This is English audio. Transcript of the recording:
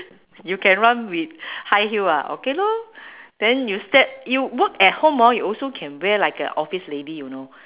you can run with high heel ah okay lor then you step you work at home hor you also can wear like a office lady you know